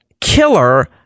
killer